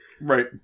Right